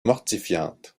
mortifiante